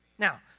Now